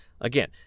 again